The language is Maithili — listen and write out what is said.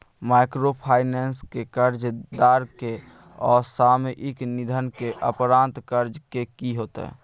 माइक्रोफाइनेंस के कर्जदार के असामयिक निधन के उपरांत कर्ज के की होतै?